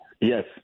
Yes